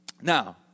Now